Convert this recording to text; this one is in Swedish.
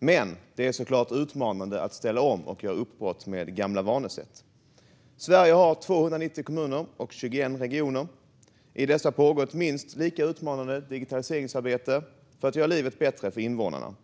Det är dock såklart utmanande att ställa om och göra uppbrott från gamla vanesätt. Sverige har 290 kommuner och 21 regioner. I dessa pågår ett minst lika utmanande digitaliseringsarbete för att göra livet bättre för invånarna.